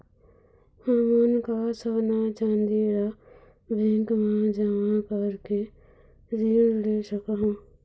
हमन का सोना चांदी ला बैंक मा जमा करके ऋण ले सकहूं?